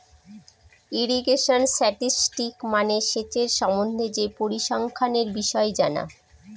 irrigation statistics মানে সেচের সম্বন্ধে যে পরিসংখ্যানের বিষয় জানা